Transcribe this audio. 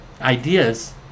ideas